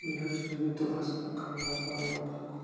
بیٚیہِ ہسا چھُس بہٕ دۄہَس پَکان لگ بگ لگ بگ